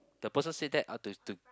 the person say that how do it do